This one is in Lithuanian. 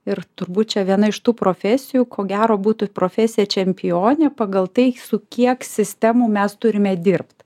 ir turbūt čia viena iš tų profesijų ko gero būtų profesija čempionė pagal tai su kiek sistemų mes turime dirbt